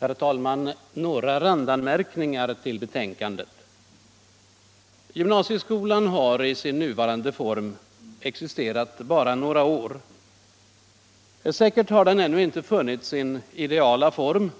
Herr talman! Bara några randanmärkningar till betänkandet. Gymnasieskolan har i sin nuvarande form existerat bara några år. Säkert har den ännu inte funnit sin ideala form